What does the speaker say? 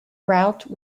route